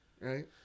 right